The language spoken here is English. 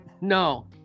No